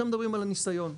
עכשיו מדברים על הניסיון.